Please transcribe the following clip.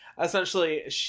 essentially